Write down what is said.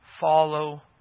follow